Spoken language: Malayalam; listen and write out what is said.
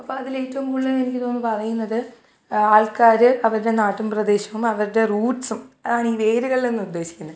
അപ്പോളതിലേറ്റോം കൂടുതലെനിക്ക് തോന്നുന്നു പറയുന്നത് ആൾക്കാർ അവരുടെ നാട്ടിൻ പ്രദേശോം അവരുടെ റൂട്ട്സും അതാണ് ഈ വേരുകൾന്നുദ്ദേശിക്കുന്നത്